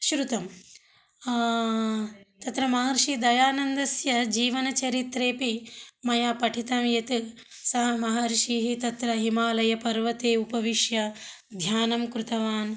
श्रुतं तत्र महर्षिः दयानन्दस्य जीवनचरित्रेपि मया पठितं यत् सः महर्षिः तत्र हिमालयपर्वते उपविश्य ध्यानं कृतवान्